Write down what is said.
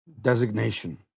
designation